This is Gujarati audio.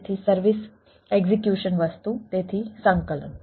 તેથી સર્વિસ એક્ઝિક્યુશન વસ્તુ તેથી સંકલન